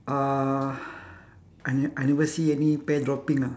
uh I ne~ I never see any pear dropping lah